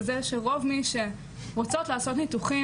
וזה שרוב מי שרוצות לעשות ניתוחים